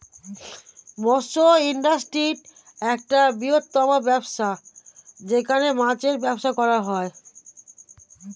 মৎস্য ইন্ডাস্ট্রি একটা বৃহত্তম ব্যবসা যেখানে মাছের ব্যবসা করা হয়